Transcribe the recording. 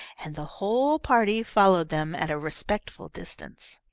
and the whole party followed them at a respectful distance.